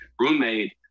roommate